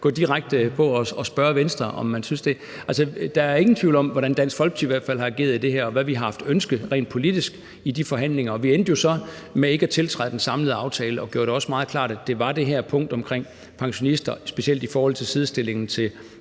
gå direkte til Venstre og spørge, om de synes det. Altså, der er i hvert fald ingen tvivl om, hvordan Dansk Folkeparti har ageret her, og hvad vi har haft af ønsker rent politisk i de forhandlinger. Og vi endte jo så med ikke at tiltræde den samlede aftale og gjorde det også meget klart, at det var det her punkt omkring pensionister, specielt i forhold til sidestillingen med